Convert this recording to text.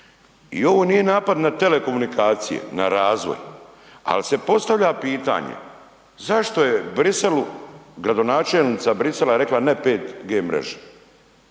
I ovo nije napad na telekomunikacije, na razvoj. Ali se postavlja pitanje zašto je Bruxellesu, gradonačelnica Bruxellesa je rekla ne 5G mreže.